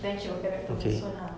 then she will get back to me soon lah